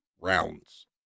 rounds